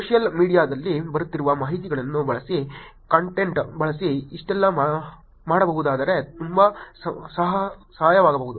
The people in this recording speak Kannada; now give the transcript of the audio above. ಸೋಶಿಯಲ್ ಮೀಡಿಯಾದಲ್ಲಿ ಬರುತ್ತಿರುವ ಮಾಹಿತಿಯನ್ನು ಬಳಸಿ ಕಂಟೆಂಟ್ ಬಳಸಿ ಇಷ್ಟೆಲ್ಲ ಮಾಡಬಹುದಾದರೆ ತುಂಬಾ ಸಹಾಯವಾಗಬಹುದು